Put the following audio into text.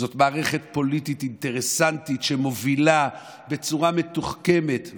זאת מערכת פוליטית אינטרסנטית שמובילה בצורה מתוחכמת,